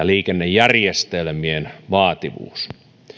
liikennejärjestelmien vaativuus